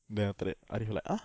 then after that arif like ah